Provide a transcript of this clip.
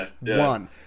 one